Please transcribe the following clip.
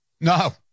No